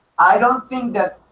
i don't think that